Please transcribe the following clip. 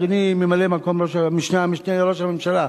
אדוני המשנה לראש הממשלה,